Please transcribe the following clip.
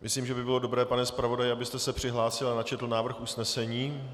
Myslím, že by bylo dobré, pane zpravodaji, kdybyste se přihlásil a načetl návrh usnesení.